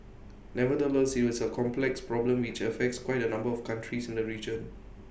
nevertheless IT is A complex problem which affects quite A number of countries in the region